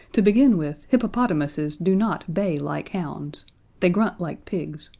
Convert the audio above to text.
to begin with, hippopotamuses do not bay like hounds they grunt like pigs,